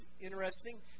interesting